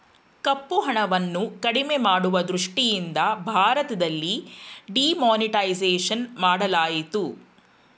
ಕಪ್ಪುಹಣವನ್ನು ಕಡಿಮೆ ಮಾಡುವ ದೃಷ್ಟಿಯಿಂದ ಭಾರತದಲ್ಲಿ ಡಿಮಾನಿಟೈಸೇಷನ್ ಮಾಡಲಾಯಿತು